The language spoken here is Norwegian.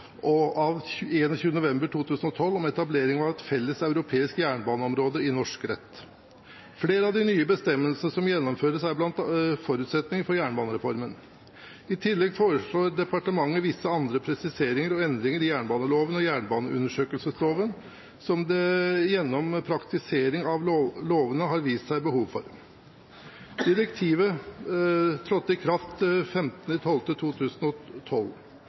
og rådsdirektiv 2012/34/EU av 21. november 2012 om etablering av et felles europeisk jernbaneområde i norsk rett. Flere av de nye bestemmelsene som gjennomføres, er blant forutsetningene for jernbanereformen. I tillegg foreslår departementet visse andre presiseringer og endringer i jernbaneloven og jernbaneundersøkelsesloven som det gjennom praktisering av lovene har vist seg å være behov for. Direktivet trådte i kraft 15. desember 2012.